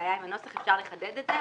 בעיה עם הנוסח, אפשר לחדד את זה.